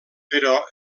però